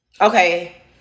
okay